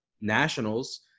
nationals